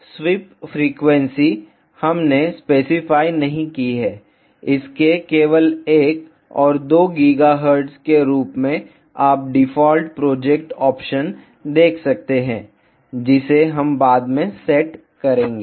अब sweep frequency हमने specify नहीं की है इसके केवल 1 और 2 GHz के रूप में आप डिफ़ॉल्ट प्रोजेक्ट ऑप्शन देख सकते हैं जिसे हम बाद में सेट करेंगे